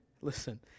listen